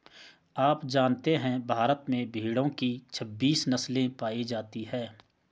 आप जानते है भारत में भेड़ो की छब्बीस नस्ले पायी जाती है